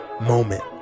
moment